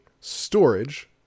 storage